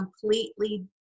completely